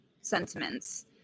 sentiments